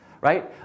right